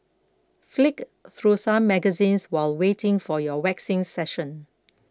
flick through some magazines while waiting for your waxing session